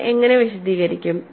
നിങ്ങൾ എങ്ങനെ വിശദീകരിക്കും